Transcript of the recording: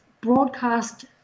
broadcast